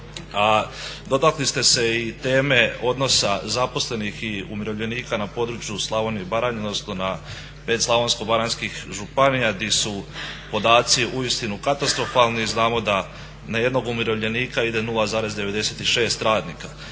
a dotakli ste se i teme odnosa zaposlenih i umirovljenika na području Slavonije i Baranje odnosno na pet slavonsko-baranjskih županija di su podaci uistinu katastrofalni. Znamo da na jednog umirovljenika ide 0,96 radnika.